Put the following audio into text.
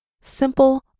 simple